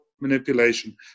manipulation